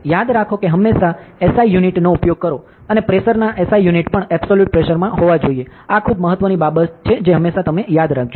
યાદ રાખો કે હંમેશા SI યુનિટ નો ઉપયોગ કરો અને પ્રેશરના SI યુનિટ્સ પણ એબ્સોલૂટ પ્રેશરમાં હોવા જોઈએ આ ખૂબ મહત્વની બાબત હંમેશાં યાદ રાખો